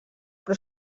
però